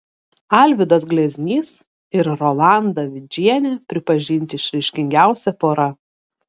alvydas gleznys ir rolanda vidžienė pripažinti išraiškingiausia pora